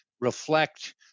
reflect